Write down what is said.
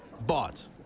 bought